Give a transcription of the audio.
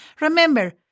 Remember